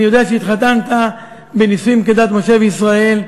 אני יודע שהתחתנת בנישואים כדת משה וישראל,